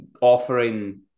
offering